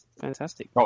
Fantastic